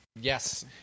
Yes